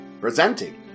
Presenting